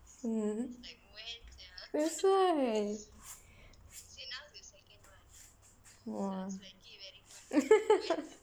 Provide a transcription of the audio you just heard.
that's why oh